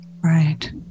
Right